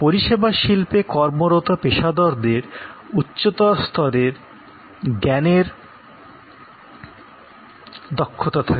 পরিষেবা শিল্পে কর্মরত পেশাদারদের উচ্চতর স্তরের জ্ঞানের দক্ষতা থাকে